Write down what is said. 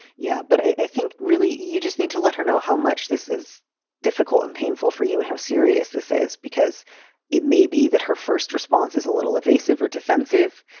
yeah. but i think really, you just need to let her know how much this is difficult and painful for you and how serious this is, because it may be that her first response is a little evasive or defensive.